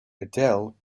adele